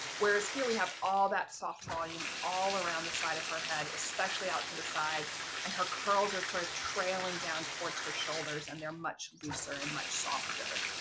whereas here we have all that soft volume all around the side of her head especially out to the sides and her curls are sort of trailing down towards her shoulders and they're much looser and much softer.